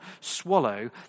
swallow